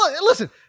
listen